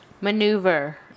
maneuver